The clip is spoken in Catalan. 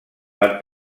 per